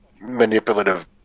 manipulative